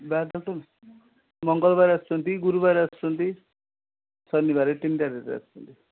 ବାହାର ଡକ୍ଟର୍ ମଙ୍ଗଳବାର ଆସୁଛନ୍ତି ଗୁରୁବାର ଆସୁଛନ୍ତି ଶନିବାର ଏଇ ତିନିଟା ଡେରେ ଆସୁଛନ୍ତି